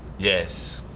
yes.